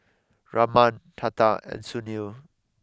Raman Tata and Sunil